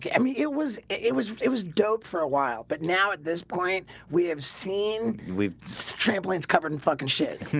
yeah mean it was it was it was dope for a while, but now at this point. we have seen we so trampolines covered in fucking shit